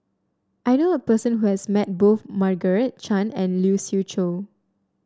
I knew a person who has met both Margaret Chan and Lee Siew Choh